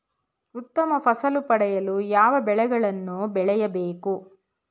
ಉತ್ತಮ ಫಸಲು ಪಡೆಯಲು ಯಾವ ಬೆಳೆಗಳನ್ನು ಬೆಳೆಯಬೇಕು?